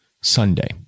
Sunday